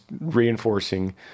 reinforcing